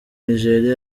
nigeria